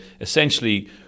essentially